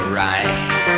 right